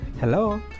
Hello